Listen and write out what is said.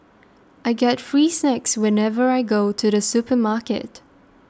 I get free snacks whenever I go to the supermarket